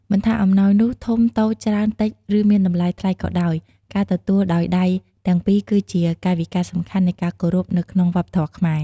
មិនថាអំណោយនោះ ធំ តូច ច្រើន តិច ឬមានតម្លៃថ្លៃក៏ដោយ ការទទួលដោយដៃទាំងពីរគឺជាកាយវិការសំខាន់នៃការគោរពនៅក្នុងវប្បធម៌ខ្មែរ។